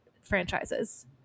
franchises